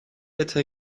être